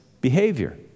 behavior